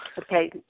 Okay